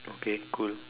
okay cool